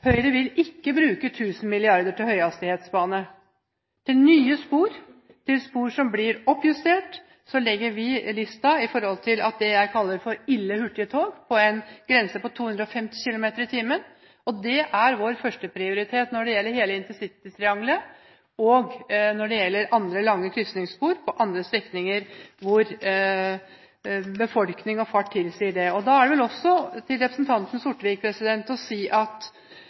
Høyre vil ikke bruke «tusen milliarder» på høyhastighetsbane. Når det gjelder nye spor, spor som blir oppjustert, legger vi listen i forhold til det jeg kaller for «ille» hurtige tog, med en grense på 250 km/t. Det er vår førsteprioritet når det gjelder hele intercitytriangelet, og når det gjelder lange krysningsspor på andre strekninger hvor befolkning og fart tilsier det. Da er det vel å si til representanten